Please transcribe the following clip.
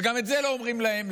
וגם את זה לא אומרים להם.